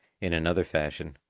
in another fashion,